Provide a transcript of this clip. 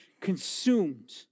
consumed